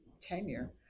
tenure